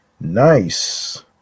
nice